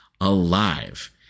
alive